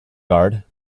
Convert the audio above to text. guard